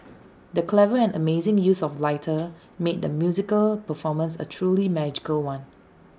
the clever and amazing use of lighting made the musical performance A truly magical one